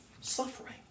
Suffering